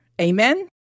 Amen